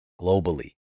globally